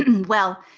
well,